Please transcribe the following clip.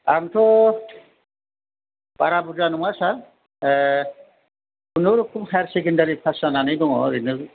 आंथ' बारा बुरजा नङा सार खुनुरुखुम हायार सेकेण्डारि पास जानानै दङ ओरैनो